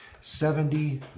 Seventy